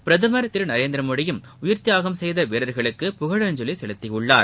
பிரதமர் திரு நரேந்திரமோடியும் உயிர்த்தியாகம் செய்த வீரர்களுக்கு புகழஞ்சலி செலுத்தினார்